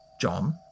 John